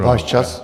Váš čas.